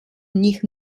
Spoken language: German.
nicht